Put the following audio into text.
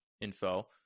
info